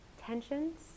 tensions